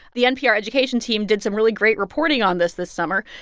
the npr education team did some really great reporting on this this summer.